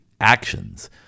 actions